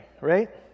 right